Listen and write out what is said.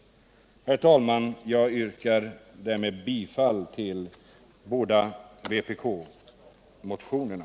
Herr talman! Jag yrkar bifall till båda vpk-motionerna.